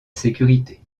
sécurité